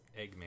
Eggman